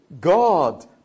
God